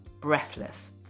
breathless